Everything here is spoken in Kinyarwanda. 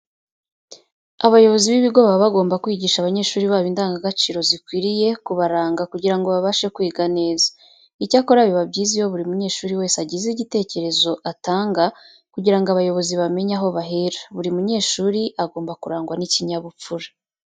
Abayobozi b'ibigo baba bagomba kwigisha abanyeshuri babo indangagaciro zikwiye kubaranga kugira ngo babashe kwiga neza. Icyakora biba byiza iyo buri munyeshuri wese agize igitekerezo atanga kugira ngo abayobozi bamenye aho bahera. Buri munyeshuri agomba kurangwa n'ikinyabupfura.